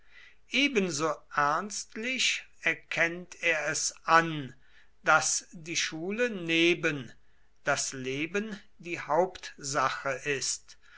ebenso ernstlich erkennt er es an daß die schule neben das leben die hauptsache ist